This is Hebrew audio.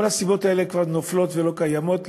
כל הסיבות האלה כבר נופלות ולא קיימות.